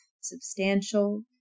substantial